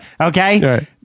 Okay